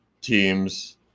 teams